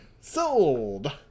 Sold